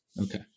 Okay